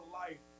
life